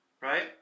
Right